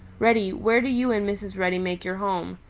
reddy, where do you and mrs. reddy make your home?